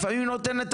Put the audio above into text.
לפעמים היא נותנת,